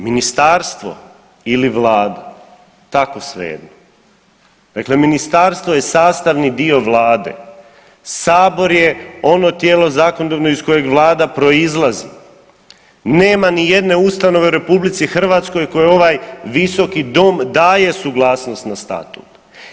Ministarstvo ili vlada, tako svejedno, dakle ministarstvo je sastavni dio vlade, sabor je ono tijelo zakonodavno iz kojeg vlada proizlazi, nema nijedne ustanove u RH kojoj ovaj visoki dom daje suglasnost na statut.